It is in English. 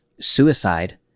suicide